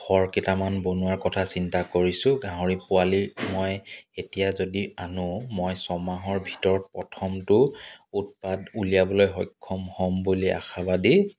ঘৰ কেইটামান বনোৱাৰ কথা চিন্তা কৰিছোঁ গাহৰি পোৱালি মই এতিয়া যদি আনো মই ছমাহৰ ভিতৰত প্ৰথমটো উৎপাদ উলিয়াবলৈ সক্ষম হ'ম বুলি আশাবাদী